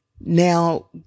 Now